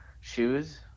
shoes